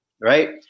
right